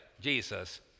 Jesus